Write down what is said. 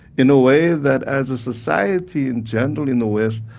in a way that, as a society in general in the west,